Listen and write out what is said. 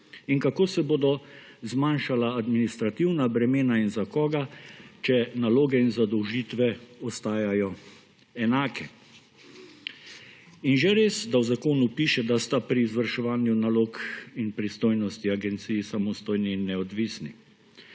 In kako se bodo zmanjšala administrativna bremena in za koga, če naloge in zadolžitve ostajajo enake? Je že res, da v zakonu piše, da sta pri izvrševanju nalog in pristojnosti agenciji samostojni in neodvisni.